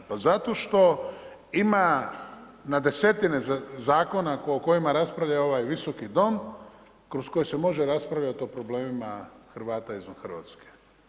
Pa zato što ima na desetine zakona o kojima raspravlja ovaj Visoki dom kroz koje se može raspravljati o problemima Hrvata izvan Hrvatske.